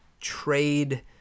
trade